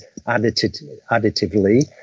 additively